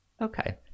Okay